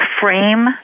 frame